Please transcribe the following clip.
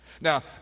Now